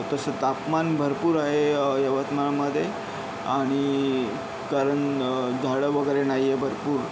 तसं तापमान भरपूर आहे यवतमाळमध्ये आणि कारण झाडं वगैरे नाही आहे भरपूर